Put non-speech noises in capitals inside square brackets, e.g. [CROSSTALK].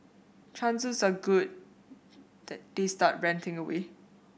chances are good [UNINTELLIGIBLE] they start ranting away